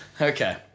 Okay